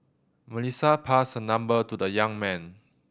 Melissa passed number to the young man